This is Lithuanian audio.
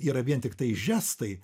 yra vien tiktai žestai